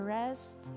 rest